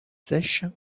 sèche